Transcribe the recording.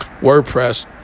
WordPress